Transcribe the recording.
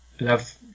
love